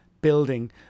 building